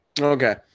Okay